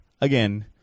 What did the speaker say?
again